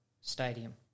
Stadium